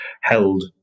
held